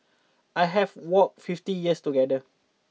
I have walked fifty years together